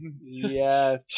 Yes